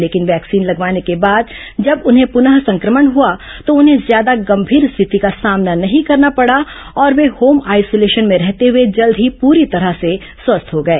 लेकिन वैक्सीन लगवाने के बाद जब उन्हें प्नः संक्रमण हुआ तो उन्हें ज्यादा गंभीर स्थिति का सामना नहीं करना पड़ा और वे होम आइसोलेशन में रहते हुए जल्द ही पूरी तरह से स्वस्थ हो गए